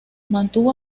mantuvo